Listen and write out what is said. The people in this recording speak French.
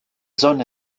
zone